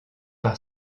par